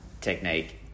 technique